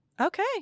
okay